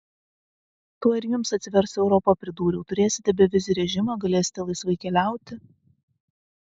tuoj ir jums atsivers europa pridūriau turėsite bevizį režimą galėsite laisvai keliauti